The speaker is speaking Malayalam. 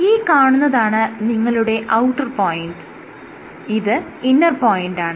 ഈ കാണുന്നതാണ് നിങ്ങളുടെ ഔട്ടർ പോയിന്റ് ഇത് ഇന്നർ പോയിന്റാണ്